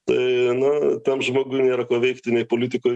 tai na tam žmogui nėra ko veikti nei politikoj